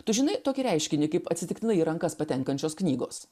tu žinai tokį reiškinį kaip atsitiktinai į rankas patenkančios knygos